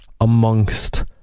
amongst